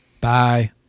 Bye